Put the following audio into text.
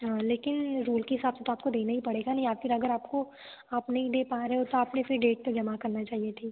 हाँ लेकिन रूल के हिसाब से तो आपको देना ही पड़ेगा नहीं या फिर अगर आपको आप नहीं दे पा रहे हो तो आपने फिर डेट पे जमा करना चाहिए थी